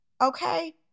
Okay